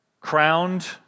crowned